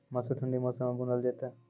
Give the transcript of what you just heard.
मसूर ठंडी मौसम मे बूनल जेतै?